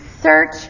search